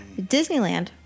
Disneyland